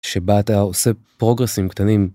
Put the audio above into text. שבה אתה עושה פרוגרסים קטנים.